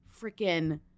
freaking